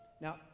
Now